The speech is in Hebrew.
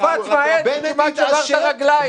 הוא קפץ מהר שכמעט שבר את הרגליים.